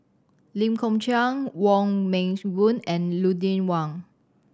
Lee Kong Chian Wong Meng Voon and Lucien Wang